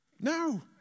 No